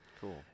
Cool